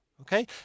okay